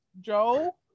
joe